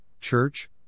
church